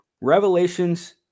Revelations